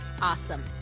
Awesome